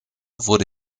wurde